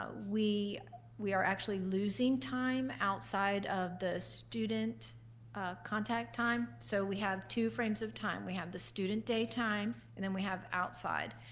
ah we we are actually losing time outside of the student contact time. so we have two frames of time. we have the student date time and then we have outside.